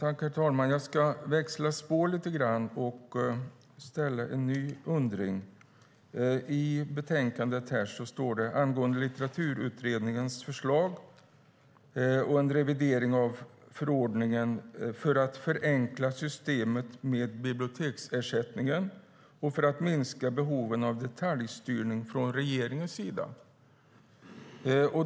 Herr talman! Jag ska växla spår lite grann och ställa en ny fråga. I betänkandet står det om Litteraturutredningens förslag om en revidering av förordningen för att förenkla systemet med biblioteksersättningen och för att minska behoven av detaljstyrning från regeringens sida.